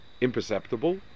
imperceptible